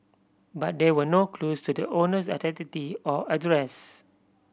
but there were no clues to the owner's identity or address